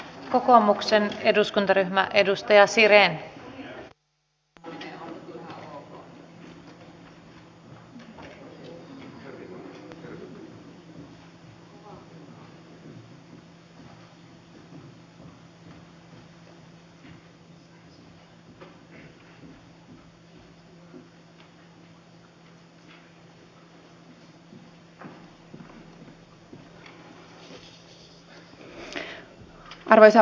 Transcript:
kokoomuksen eduskuntaryhmän edustaja siren a arvoisa puhemies